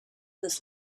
this